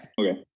Okay